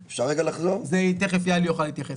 זה תיכף יהלי יוכל להתייחס.